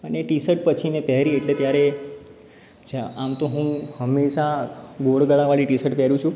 અને T shirt પછી મેં પહેરી એટલે ત્યારે આમ તો હું હંમેશા ગોળ ગળાવાળી ટી શર્ટ પહેરું છું